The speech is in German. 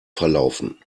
verlaufen